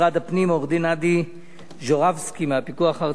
עורך-הדין עדי ז'ורבסקי מהפיקוח הארצי על הבחירות,